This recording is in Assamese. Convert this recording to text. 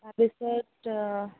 তাৰপিছত